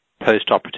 postoperative